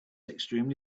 extremely